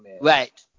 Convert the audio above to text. Right